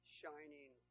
shining